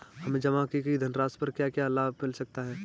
हमें जमा की गई धनराशि पर क्या क्या लाभ मिल सकता है?